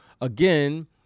again